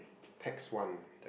Tax one